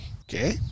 Okay